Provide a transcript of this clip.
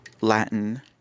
Latin